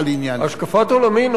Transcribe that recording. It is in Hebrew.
השקפת עולמי היא נורא פשוטה.